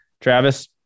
Travis